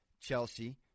Chelsea